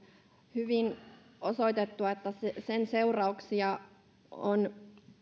hyvin osoitettu että sen seurauksia on